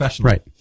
Right